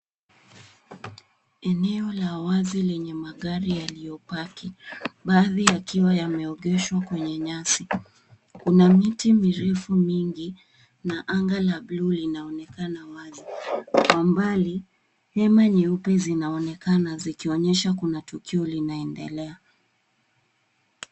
Eneo la wazi lenye magari yaliyopaki, baadhi yakiwa yameegeshwa kwenye nyasi. Kuna miti mirefu mingi, na anga la bluu linaonekana wazi. Kwa umbali, hema nyeupe zinaonekana zikionyesha kuna tukio linaendelea.